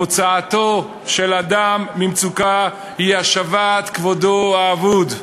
הוצאתו של האדם ממצוקה היא השבת כבודו האבוד".